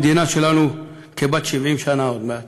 המדינה שלנו כבת 70 שנה עוד מעט